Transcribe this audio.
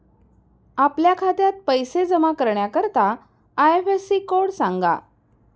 आपल्या खात्यात पैसे जमा करण्याकरता आय.एफ.एस.सी कोड सांगा